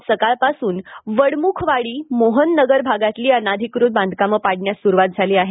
आज सकाळपासून वडमुखवाडी मोहन नगर भागातली अनधिकृत बांधकामं पाडण्यास सुरुवात झाली आहे